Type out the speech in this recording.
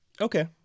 Okay